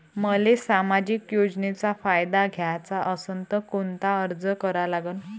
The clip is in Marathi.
मले सामाजिक योजनेचा फायदा घ्याचा असन त कोनता अर्ज करा लागन?